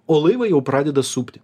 o laivą jau pradeda supti